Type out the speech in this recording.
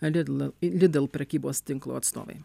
lidl lidl prekybos tinklo atstovai